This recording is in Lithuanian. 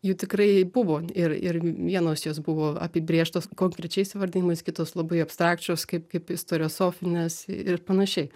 jų tikrai buvo ir ir vienos jos buvo apibrėžtos konkrečiais įvardinimais kitos labai abstrakčios kaip kaip istoriosofinės ir panašiai